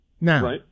Now